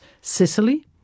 Sicily